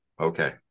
Okay